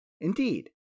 Indeed